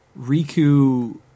Riku